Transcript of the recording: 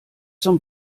zum